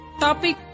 Topic